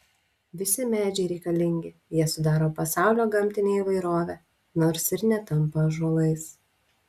visi medžiai reikalingi jie sudaro pasaulio gamtinę įvairovę nors ir netampa ąžuolais